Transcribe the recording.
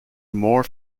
more